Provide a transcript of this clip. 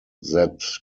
that